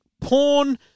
porn